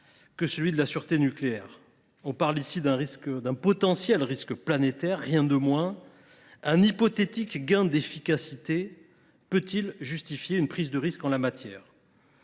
que celui de la sûreté nucléaire. L’enjeu est celui d’un risque potentiellement planétaire, rien de moins. Un hypothétique gain d’efficacité peut il justifier une prise de risque en la matière ?